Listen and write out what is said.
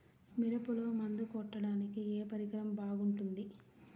మిరపలో మందు కొట్టాడానికి ఏ పరికరం బాగుంటుంది?